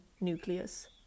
nucleus